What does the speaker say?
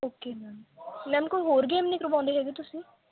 okay ma'am ma'am ਕੋਈ ਹੋਰ game ਨਹੀਂ ਕਰਵਾਉਂਦੇ ਹੈਗੇ ਤੁਸੀਂ